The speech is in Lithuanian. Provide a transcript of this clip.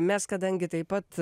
mes kadangi taip pat